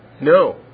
No